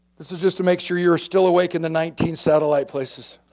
this is just to make sure you're still awake in the nineteen satellite places.